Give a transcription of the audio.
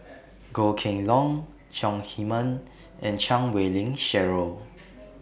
Goh Kheng Long Chong Heman and Chan Wei Ling Cheryl